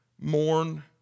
mourn